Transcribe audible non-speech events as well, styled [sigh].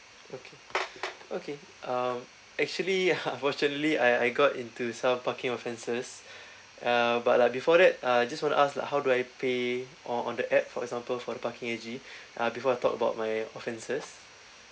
okay okay um actually [laughs] unfortunately I I got into some parking offences [breath] uh but uh before that uh just want to ask how do I pay on on the app for example for the parking S_G [breath] uh before I talk about my offences